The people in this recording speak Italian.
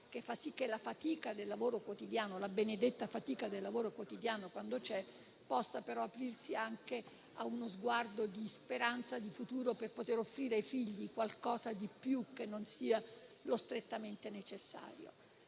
che fa sì che la benedetta fatica del lavoro quotidiano, quando c'è, possa aprirsi anche a uno sguardo di speranza per il futuro per poter offrire ai figli qualcosa di più che non sia lo strettamente necessario.